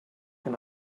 can